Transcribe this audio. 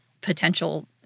potential